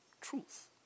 Truth